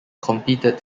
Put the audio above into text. competed